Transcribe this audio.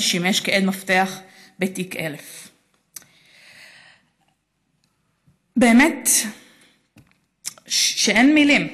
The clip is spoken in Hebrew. שימש כעד מפתח בתיק 1000. באמת שאין מילים.